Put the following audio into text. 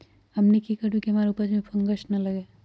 हमनी की करू की हमार उपज में फंगस ना लगे?